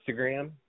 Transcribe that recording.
Instagram